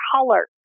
color